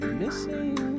missing